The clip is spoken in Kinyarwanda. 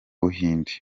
buhinde